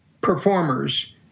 performers